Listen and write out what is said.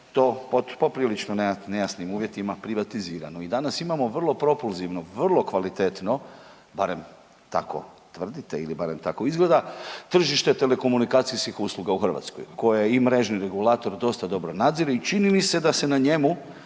to pod poprilično nejasnim uvjetima privatizirano. I danas imamo vrlo propulzivno, vrlo kvalitetno barem tako tvrdite ili barem tako izgleda tržište telekomunikacijskih usluga u Hrvatskoj koje i mrežni regulator dosta dobro nadzire i čini mi se da se na njemu